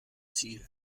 ziel